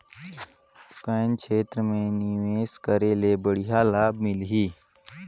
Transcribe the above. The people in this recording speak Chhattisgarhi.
कौन क्षेत्र मे निवेश करे ले बढ़िया लाभ मिलही?